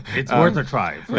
it's worth a try